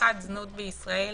בצריכת זנות בישראל,